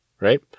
right